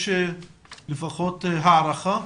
יש לפחות הערכה?